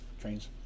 trains